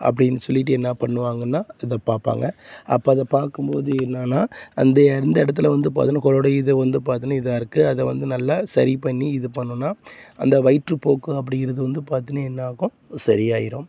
அப்படின்னு சொல்லிட்டு என்ன பண்ணுவாங்கன்னால் இதை பார்ப்பாங்க அப்போ அதை பார்க்கும் போது என்னன்னா அந்த எந்த இடத்துல வந்து பார்த்தின்னா குடல்லோட இது வந்து பார்த்தின்னா இதாயிருக்கு அதை வந்து நல்லா சரிப்பண்ணி இது பண்ணணுன்னா அந்த வயிற்றுப்போக்கு அப்படிங்கறது வந்து பார்த்தின்னா என்னாகும் அது சரியாயிடும்